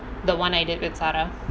the [one] I did with sara